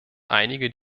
einige